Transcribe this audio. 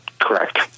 Correct